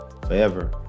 forever